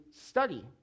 study